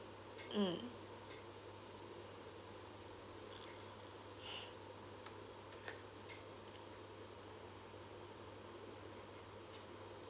mm